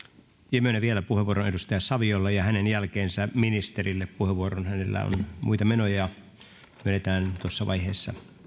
myönnän vielä puheenvuorot edustaja saviolle ja hänen jälkeensä ministerille hänellä on muita menoja myönnetään tuossa vaiheessa